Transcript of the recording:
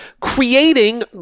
creating